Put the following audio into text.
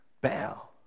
bow